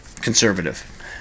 conservative